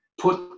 put